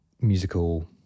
musical